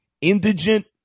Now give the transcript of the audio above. indigent